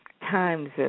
times